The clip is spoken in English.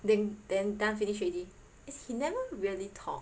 then then done finish already he never really talk